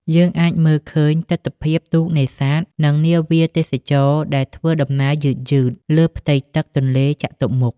យើងអាចមើលឃើញទិដ្ឋភាពទូកនេសាទ និងនាវាទេសចរណ៍ដែលធ្វើដំណើរយឺតៗលើផ្ទៃទឹកទន្លេចតុមុខ។